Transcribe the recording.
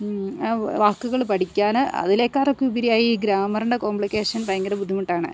വാക്കുകൾ പഠിക്കാൻ അതിലേക്കാളൊക്കെ ഉപരി ഈ ഗ്രാമറിൻ്റെ കോംപ്ലിക്കേഷൻ ഭയങ്കര ബുദ്ധിമുട്ടാണ്